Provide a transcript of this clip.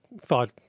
thought